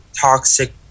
toxic